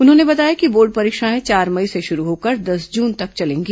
उन्होंने बताया कि बोर्ड परीक्षाएं चार मई से शुरू होकर दस जून तक चलेंगी